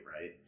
right